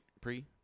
pre